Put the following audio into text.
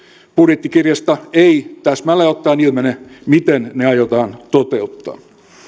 budjettikirjasta ei täsmälleen ottaen ilmene miten ne aiotaan toteuttaa